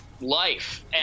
life